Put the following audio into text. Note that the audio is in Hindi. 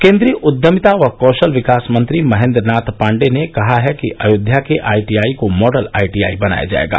केन्द्रीय उद्यमिता व कौशल विकास मंत्री महेन्द्रनाथ पाण्डेय ने कहा है कि अयोध्या के आईटीआई को मॉडल आईटीआई बनाया जायेगा